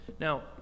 Now